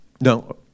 No